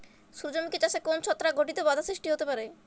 সূর্যমুখী চাষে কোন কোন ছত্রাক ঘটিত বাধা সৃষ্টি হতে পারে?